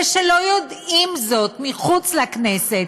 ולא יודעים זאת מחוץ לכנסת,